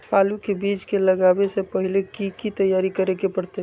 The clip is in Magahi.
आलू के बीज के लगाबे से पहिले की की तैयारी करे के परतई?